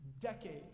decades